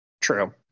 True